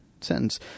sentence